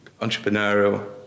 entrepreneurial